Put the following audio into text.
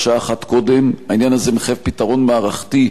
העניין הזה מחייב פתרון מערכתי של הבעיות